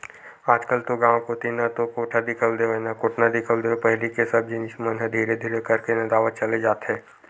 आजकल तो गांव कोती ना तो कोठा दिखउल देवय ना कोटना दिखउल देवय पहिली के सब जिनिस मन ह धीरे धीरे करके नंदावत चले जात हे